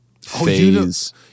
phase